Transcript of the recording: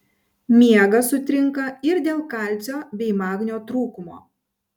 miegas sutrinka ir dėl kalcio bei magnio trūkumo